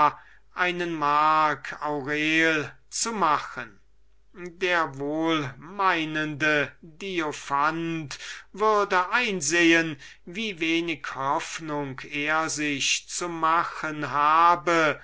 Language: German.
einen marc aurel zu machen der wohlmeinende diophant würde einsehen wie wenig hoffnung er sich zu machen habe